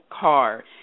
car